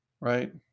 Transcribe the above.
right